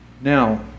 Now